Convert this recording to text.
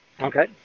okay